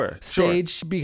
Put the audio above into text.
stage